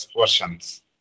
versions